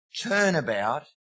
turnabout